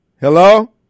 Hello